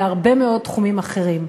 בהרבה מאוד תחומים אחרים.